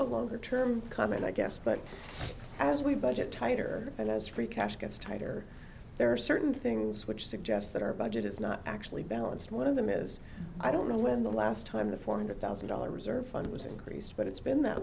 a longer term comment i guess but as we budget tighter and as free cash gets tighter there are certain things which suggest that our budget is not actually balanced one of them is i don't know when the last time the four hundred thousand dollar reserve fund was increased but it's been that